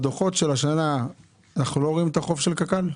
בדוחות של השנה, אנחנו לא רואים את החוב של קק"ל?